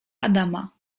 adama